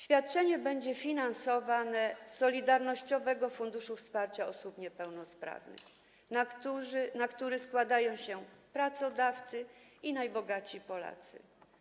Świadczenie będzie finansowane z Solidarnościowego Funduszu Wsparcia Osób Niepełnosprawnych, na który składają się pracodawcy i najbogatsi Polacy.